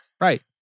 Right